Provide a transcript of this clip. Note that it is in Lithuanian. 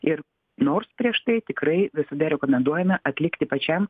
ir nors prieš tai tikrai visada rekomenduojame atlikti pačiam